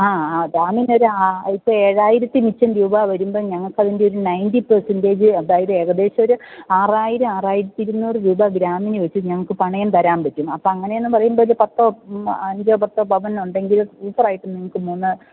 ആ ആ ഗ്രാമിനൊരാ ആ ഇപ്പം ഏഴായിരത്തി മിച്ചം രൂപാ വരുമ്പം ഞങ്ങൾക്കതിൻ്റെ ഒരു നയൻ്റി പേഴ്സൻറ്റേജ് അതായത് ഏകദേശമൊരു ആറായിരം ആറായിരത്തി ഇരുന്നൂറ് രൂപ ഗ്രാമിനു വെച്ച് ഞങ്ങൾക്ക് പണയം തരാൻ പറ്റും അപ്പം അങ്ങനെയെന്നു പറയുമ്പം ഒരു പത്തോ അഞ്ചോ പത്തോ പവനുണ്ടെങ്കിൽ സൂപ്പറായിട്ട് നിങ്ങൾക്ക് മൂന്ന്